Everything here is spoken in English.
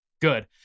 good